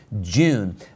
june